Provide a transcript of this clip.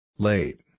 Late